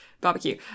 barbecue